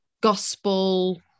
gospel